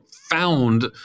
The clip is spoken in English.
found